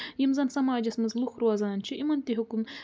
یِم زن سماجس منٛز لُکھ روزان چھِ یِمن تہِ ہیوٚکُن